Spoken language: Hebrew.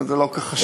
זה לא כל כך חשוב.